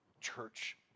church